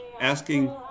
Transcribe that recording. asking